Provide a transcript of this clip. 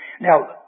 Now